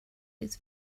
his